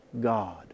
God